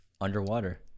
underwater